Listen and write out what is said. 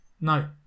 No